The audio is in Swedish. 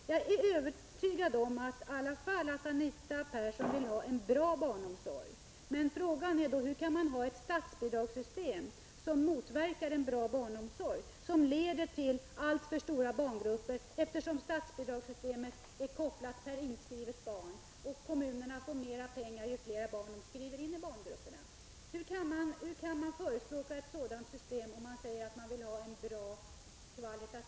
Jag är ändå övertygad om att Anita Persson vill ha en bra barnomsorg, men frågan är då: Hur kan man ha ett statsbidragssystem som motverkar en bra barnomsorg och som leder till alltför stora barngrupper? Statsbidragssystemet är kopplat till antalet inskrivna barn, och kommunerna får mer pengar ju fler barn de skriver in i barngrupperna. Hur kan man förespråka ett sådant system om man säger att man vill ha en kvalitativt bra barnomsorg?